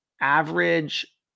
average